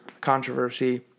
controversy